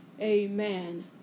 Amen